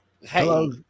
hello